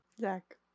Zach